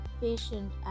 patient